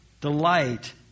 delight